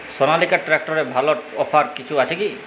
সনালিকা ট্রাক্টরে ভালো অফার কিছু আছে কি?